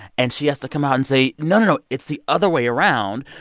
and she has to come out and say, no, no, no, it's the other way around.